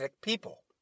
people